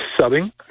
subbing